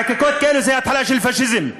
חקיקות כאלה זה התחלה של פאשיזם,